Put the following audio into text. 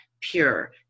pure